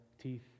teeth